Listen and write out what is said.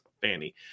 fanny